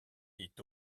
est